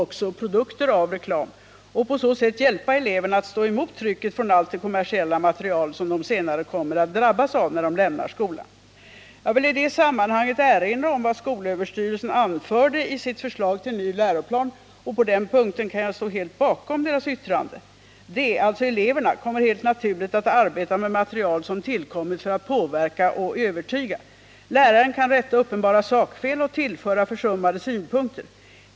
På så sätt kan skolan hjälpa eleverna att stå emot trycket från allt det kommersiella material som de kommer att drabbas av när de lämnar skolan. Jag vill i detta sammanhang erinra om vad skolöverstyrelsen anförde i sitt förslag till ny läroplan: Eleverna ”kommer helt naturligt att arbeta med material som tillkommit för att påverka och övertyga. ——— Läraren kan rätta uppenbara sakfel och tillföra försummade synpunkter.